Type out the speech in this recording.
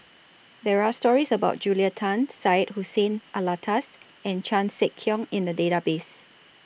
There Are stories about Julia Tan Syed Hussein Alatas and Chan Sek Keong in The Database